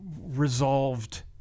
resolved